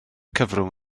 cyfrwng